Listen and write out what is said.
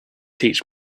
teach